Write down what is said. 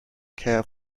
care